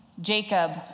Jacob